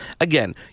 again